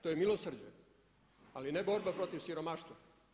To je milosrđe, ali ne borba protiv siromaštva.